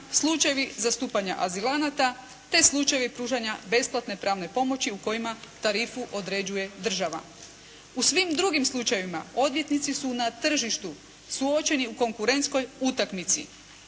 slučajevi zastupanja azilanata, te slučajevi pružanja besplatne pravne pomoći u kojima tarifu određuje država. U svim drugim slučajevima odvjetnici su na tržištu suočeni u konkurentskoj utakmici,